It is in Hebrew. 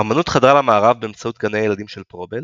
האומנות חדרה למערב באמצעות גני הילדים של פרובל,